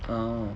oh